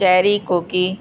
चहिरी कोकी